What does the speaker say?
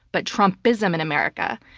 but trumpism in america.